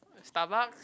Starbucks